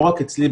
לא רק אצלי,